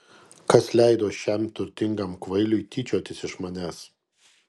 kas leido šiam turtingam kvailiui tyčiotis iš manęs